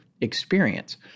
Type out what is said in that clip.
experience